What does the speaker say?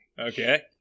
Okay